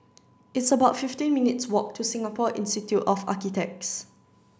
it's about fifteen minutes' walk to Singapore Institute of Architects